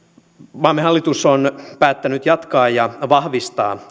maamme hallitus on päättänyt jatkaa ja vahvistaa